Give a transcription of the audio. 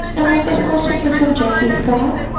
and our first question is from jackie scott,